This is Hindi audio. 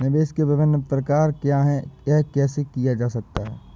निवेश के विभिन्न प्रकार क्या हैं यह कैसे किया जा सकता है?